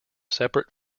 separate